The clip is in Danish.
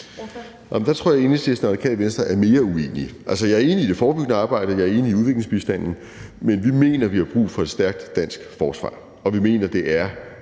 der tror jeg, at Enhedslisten og Radikale Venstre er mere uenige. Altså, jeg er enig i forhold til det forebyggende arbejde, og jeg er enig i forhold til udviklingsbistanden, men vi mener, vi har brug for et stærkt dansk forsvar. Og vi mener, det er